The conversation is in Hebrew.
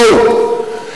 בואו.